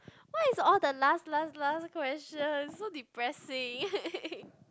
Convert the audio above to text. why is all the last last last question so depressing